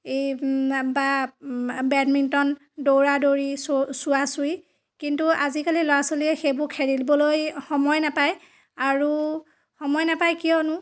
এই বা বেডমিন্টন দৌৰা দৌৰি চোৱা চুই কিন্তু আজিকালি ল'ৰা ছোৱালীয়ে সেইবোৰ খেলিবলৈ সময় নাপায় আৰু সময় নাপায় কিয়নো